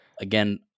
again